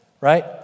right